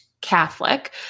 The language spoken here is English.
Catholic